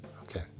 Okay